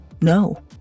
no